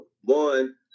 One